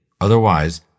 Otherwise